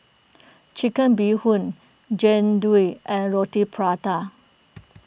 Chicken Bee Hoon Jian Dui and Roti Prata